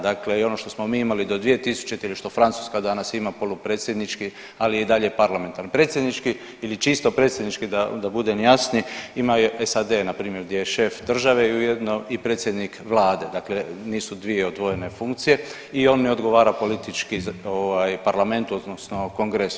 Dakle, i ono što smo imali do 2000. ili što Francuska danas ima polupredsjednički ali i dalje parlamentarni, predsjednički ili čisto predsjednički da budem jasni ima SAD na primjer gdje je šef države ujedno i predsjednik vlade, dakle nisu dvije odvojene funkcije i on ne odgovara politički ovaj parlamentu odnosno kongresu.